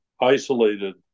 isolated